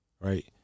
right